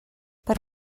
per